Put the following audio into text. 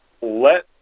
let